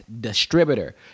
distributor